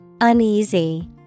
Uneasy